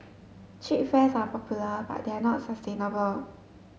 cheap fares are popular but they are not sustainable